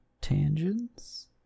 tangents